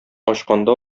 ачканда